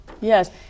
yes